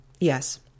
Yes